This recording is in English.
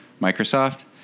Microsoft